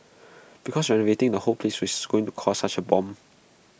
because renovating the whole place is going to cost such A bomb